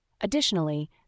Additionally